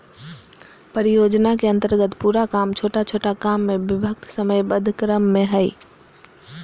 परियोजना के अन्तर्गत पूरा काम छोटा छोटा काम में विभक्त समयबद्ध क्रम में हइ